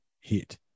hit